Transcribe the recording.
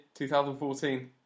2014